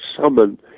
summon